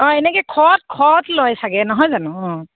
অঁ এনেকে শত শত লয় চাগে নহয় জানো অঁ